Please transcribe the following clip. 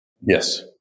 Yes